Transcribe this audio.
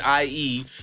IE